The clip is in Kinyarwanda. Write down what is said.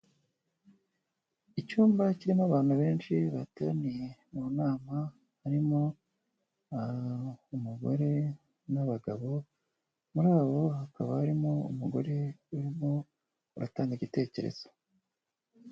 Icyumba kirimo abantu benshi bateraniye mu nama, harimo umugore n'abagabo muri abo hakaba harimo umugore urimo uratanga igitekerezo.